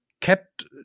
kept